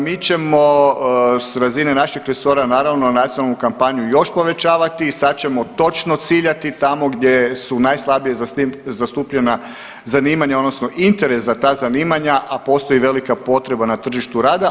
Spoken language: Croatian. Mi ćemo s razine našeg resora naravno nacionalnu kampanju još povećavati, sad ćemo točno ciljati tamo gdje su najslabije zastupljena zanimanja, odnosno interes za ta zanimanja a postoji velika potreba na tržištu rada.